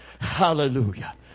Hallelujah